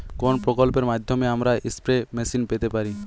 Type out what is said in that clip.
কোন প্রকল্পের মাধ্যমে আমরা স্প্রে মেশিন পেতে পারি?